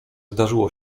zdarzyło